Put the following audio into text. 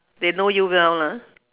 they know you well lah